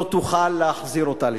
לא תוכל להחזיר אותה לשם.